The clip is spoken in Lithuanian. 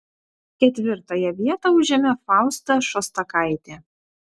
ketvirtąją vietą užėmė fausta šostakaitė